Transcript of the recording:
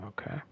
Okay